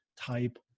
type